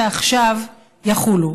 ועכשיו יחולו.